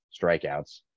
strikeouts